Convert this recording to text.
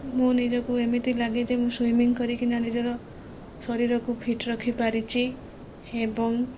ମୁଁ ନିଜକୁ ଏମିତି ଲାଗେଯେ ମୁଁ ସୁଇମିଂ କରିକିନା ନିଜର ଶରୀରକୁ ଫିଟ୍ ରଖିପାରିଛି ଏବଂ